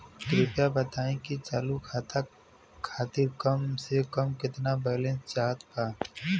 कृपया बताई कि चालू खाता खातिर कम से कम केतना बैलैंस चाहत बा